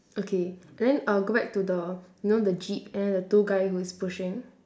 okay then I'll go back to the you know the jeep and then the two guy who is pushing